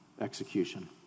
execution